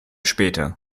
später